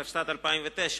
התשס"ט 2009,